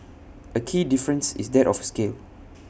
A key difference is that of scale